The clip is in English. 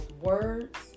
words